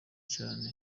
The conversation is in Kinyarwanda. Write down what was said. cyane